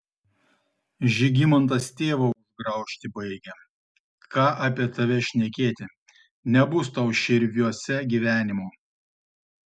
žygimantas tėvą užgraužti baigia ką apie tave šnekėti nebus tau širviuose gyvenimo